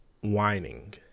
whining